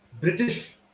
British